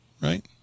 Right